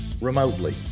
remotely